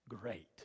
great